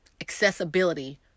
accessibility